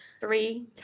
Three